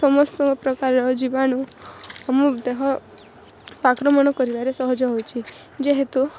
ସମସ୍ତ ପ୍ରକାର ଜୀବାଣୁ ଆମ ଦେହ ଆକ୍ରମଣ କରିବାରେ ସହଜ ହଉଛି ଯେହେତୁ